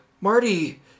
Marty